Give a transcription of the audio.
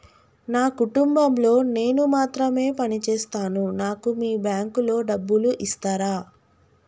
నా కుటుంబం లో నేను మాత్రమే పని చేస్తాను నాకు మీ బ్యాంకు లో డబ్బులు ఇస్తరా?